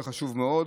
זה חשוב מאוד.